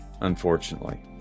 unfortunately